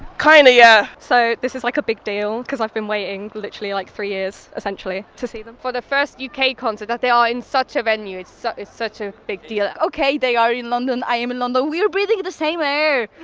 kinda, yeah. so this is like a big deal cause i've been waiting literally like three years essentially, to see them. for the first yeah uk concert, that they are in such a venue, it's such such a big deal. okay, they are in london i'm in london, we're breathing the same air.